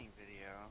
video